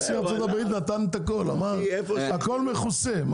נשיא ארצות הברית נתן את הכל, הכל מכוסה.